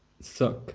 suck